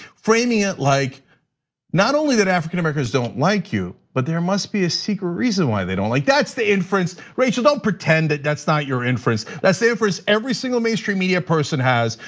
framing it like not only that african-americans don't like you, but there must be a secret reason why they don't like, that's the inference. rachel, don't pretend that that's not your inference, that's the inference every single mainstream media person has.